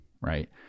right